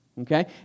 Okay